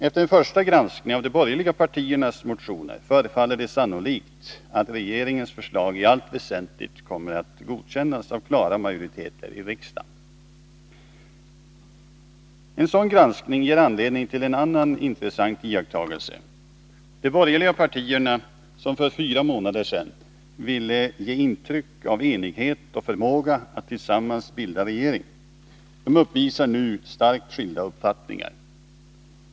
Efter en första granskning av de borgerliga partiernas motioner förefaller det sannolikt att regeringens förslag i allt väsentligt kommer att godkännas av klara majoriteter i riksdagen. En sådan granskning ger anledning till en annan intressant iakttagelse. De borgerliga partierna, som för fyra månader sedan ville ge intryck av enighet och förmåga att tillsammans bilda regering, uppvisar nu starkt skilda uppfattningar.